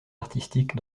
artistiques